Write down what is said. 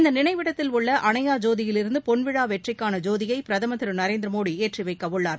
இந்த நினைவிடத்தில் உள்ள அணையா ஜோதியிலிருந்து பொன்விழா வெற்றிக்கான ஜோதியை பிரதமர் திரு நரேந்திர மோடி ஏற்றி வைக்க உள்ளார்